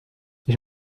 ich